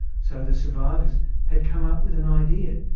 so the survivors had come up with an idea.